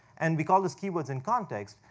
and we call this keywords in context.